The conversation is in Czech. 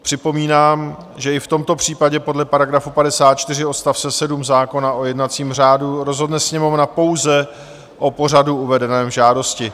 Připomínám, že i v tomto případě podle § 54 odst. 7 zákona o jednacím řádu rozhodne Sněmovna pouze o pořadu uvedeném v žádosti.